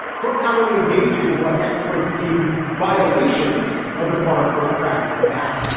trump not only engages in what experts deem violations of the foreign corrupt practices act.